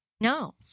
No